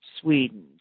Sweden